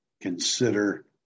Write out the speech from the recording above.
consider